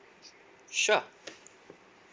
sure